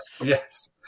yes